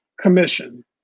commission